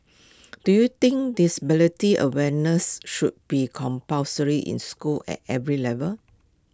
do you think disability awareness should be compulsory in schools at every level